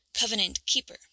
covenant-keeper